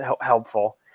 helpful